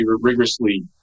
rigorously